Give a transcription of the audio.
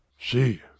See